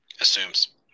assumes